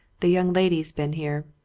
the young lady's been here.